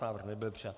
Návrh nebyl přijat.